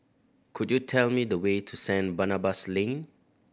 could you tell me the way to Saint Barnabas Lane